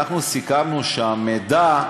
אנחנו סיכמנו שהמידע,